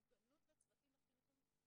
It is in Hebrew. מוגנות לצוותים החינוכיים,